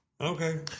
Okay